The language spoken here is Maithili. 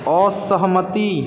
असहमति